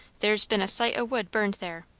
there's been a sight o' wood burned there,